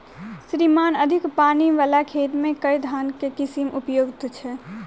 श्रीमान अधिक पानि वला खेत मे केँ धान केँ किसिम उपयुक्त छैय?